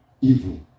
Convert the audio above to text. evil